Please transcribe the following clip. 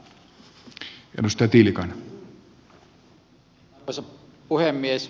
arvoisa puhemies